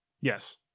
Yes